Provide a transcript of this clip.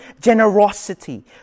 generosity